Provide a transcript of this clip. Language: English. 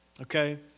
okay